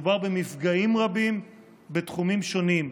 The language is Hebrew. מדובר בנפגעים רבים בתחומים שונים,